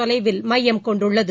தொலைவில் மையம் கொண்டுள்ளது